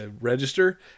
register